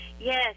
Yes